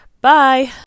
Bye